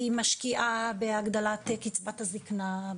הממשלה הזו משקיעה בהגדלת קצבת הזקנה,